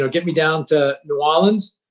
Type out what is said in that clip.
so get me down to new orleans.